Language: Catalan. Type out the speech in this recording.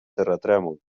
terratrèmol